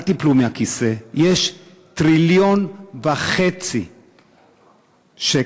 אל תיפלו מהכיסא: יש טריליון וחצי שקל,